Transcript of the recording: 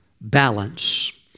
balance